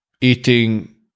eating